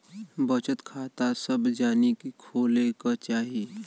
बचत खाता सभ जानी के खोले के चाही